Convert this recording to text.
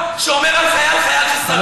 זה לא